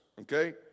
okay